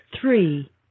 Three